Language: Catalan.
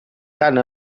tant